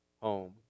home